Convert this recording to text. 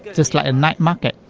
just like a night market.